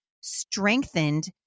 strengthened